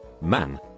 Man